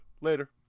Later